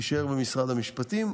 יישאר במשרד המשפטים,